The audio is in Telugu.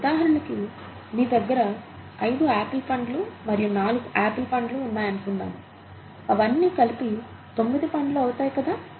ఉదాహరణకి మీ దగ్గర ఐదు ఆపిల్ పండ్లు మరియు నాలుగు ఆపిల్ పండ్లు ఉన్నాయనుకుందాం అవన్నీ కలిపి తొమ్మిది పండ్లు అవుతాయి కదా